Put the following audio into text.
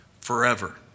forever